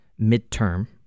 midterm